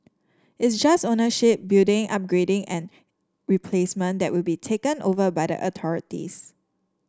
it's just ownership building upgrading and replacement that will be taken over by the authorities